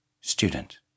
Student